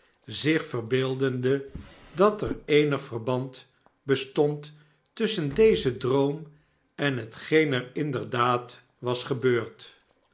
zich verbeeldende dat er eenig verband bestond tusschen dezen droom en hetgeen er inderdaad was gebeurd